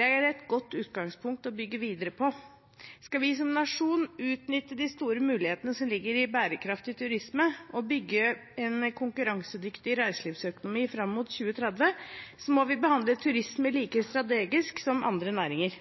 Det er et godt utgangspunkt å bygge videre på. Skal vi som nasjon utnytte de store mulighetene som ligger i bærekraftig turisme og bygge en konkurransedyktig reiselivsøkonomi fram mot 2030, må vi behandle turisme like strategisk som andre næringer.